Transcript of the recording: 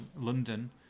London